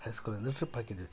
ಹೈಸ್ಕೂಲಿಂದ trip ಹಾಕಿದ್ವಿ